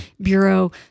Bureau